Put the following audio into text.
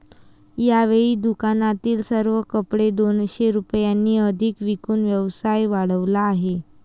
यावेळी दुकानातील सर्व कपडे दोनशे रुपयांनी अधिक विकून व्यवसाय वाढवला आहे